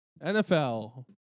NFL